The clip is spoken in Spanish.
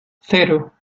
cero